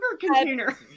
container